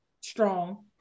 strong